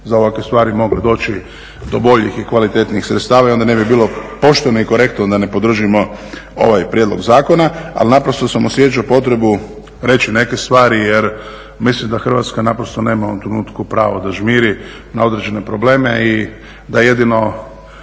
za ovakve stvari mogle doći do boljih i kvalitetnijih sredstava i onda ne bi bilo pošteno i korektno da podržimo ovaj prijedlog zakona. ali osjećao sam potrebu reći neke stvari jer mislim da Hrvatska nema u ovom trenutku pravo da žmiri na određene probleme i da jedino